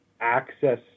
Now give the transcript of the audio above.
access